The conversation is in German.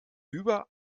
über